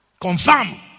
Confirm